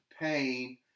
pain